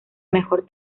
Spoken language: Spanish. mejor